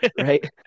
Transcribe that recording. Right